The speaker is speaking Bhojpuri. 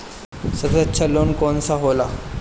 सबसे अच्छा लोन कौन सा होला?